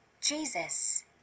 Jesus